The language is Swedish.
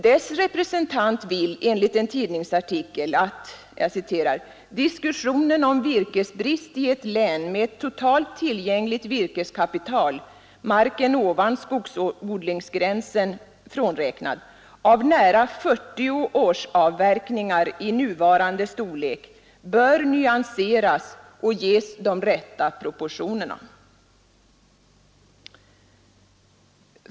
Dess representant vill enligt en tidningsartikel att ”diskussionen om virkesbrist i ett län med ett totalt tillgängligt virkeskapital av nära 40 års avverkningar i nuvarande storlek bör nyanseras och ges de rätta proportionerna”.